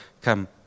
come